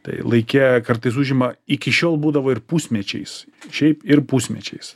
tai laike kartais užima iki šiol būdavo ir pusmečiais šiaip ir pusmečiais